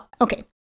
Okay